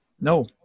No